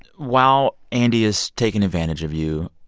while andy is taking advantage of you,